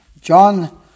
John